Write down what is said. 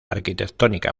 arquitectónica